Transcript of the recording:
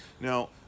now